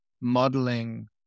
modeling